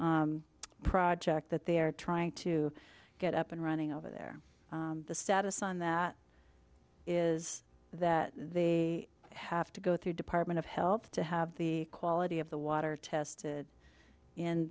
elf project that they are trying to get up and running over there the status on that is that they have to go through department of health to have the quality of the water tested in